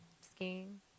skiing